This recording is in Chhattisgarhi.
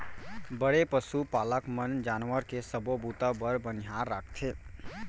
बड़े पसु पालक मन जानवर के सबो बूता बर बनिहार राखथें